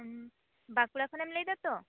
ᱦᱩᱸ ᱵᱟᱸᱠᱩᱲᱟ ᱠᱷᱚᱱᱮᱢ ᱞᱟᱹᱭᱮᱫᱟ ᱛᱚ